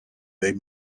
they